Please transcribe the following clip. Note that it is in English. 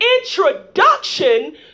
introduction